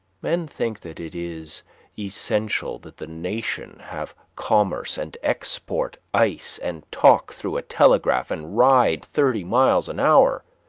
men think that it is essential that the nation have commerce, and export ice, and talk through a telegraph, and ride thirty miles an hour,